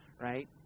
right